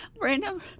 Random